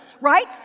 right